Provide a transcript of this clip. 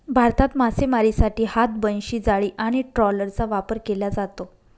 भारतात मासेमारीसाठी हात, बनशी, जाळी आणि ट्रॉलरचा वापर केला जातो